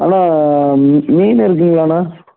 அண்ணா மீன் இருக்குங்களாண்ணா